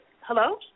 Hello